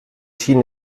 schien